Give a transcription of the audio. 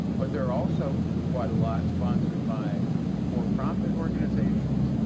but there are also quite a lot sponsored by for-profit organizations,